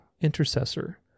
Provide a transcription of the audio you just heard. intercessor